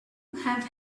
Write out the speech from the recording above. have